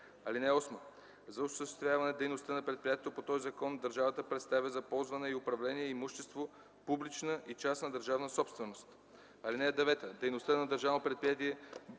съвет. (8) За осъществяване дейността на предприятието по този закон държавата предоставя за ползване и управление имущество – публична и частна държавна собственост. (9) Дейността на Държавно предприятие